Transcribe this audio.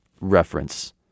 reference